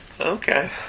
okay